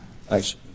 thanks